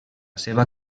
seva